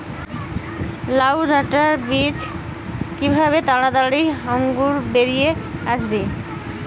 লাউ ডাটা বীজ কিভাবে তাড়াতাড়ি অঙ্কুর বেরিয়ে আসবে?